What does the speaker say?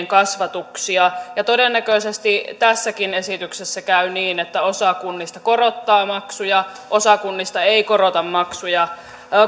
kasvatuksia ja todennäköisesti tässäkin esityksessä käy niin että osa kunnista korottaa maksuja osa kunnista ei korota maksuja